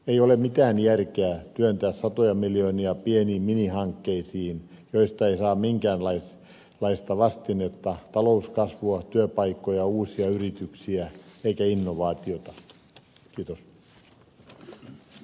ei ole mitään järkeä työntää satoja miljoonia pieniin minihankkeisiin joista ei saa minkäänlaista vastinetta talouskasvua työpaikkoja uusia yrityksiä eikä innovaatiota